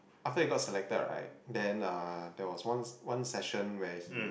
after you got selected right then uh that was ones one section where he